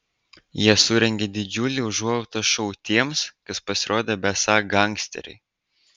jie surengė didžiulį užuojautos šou tiems kas pasirodė besą gangsteriai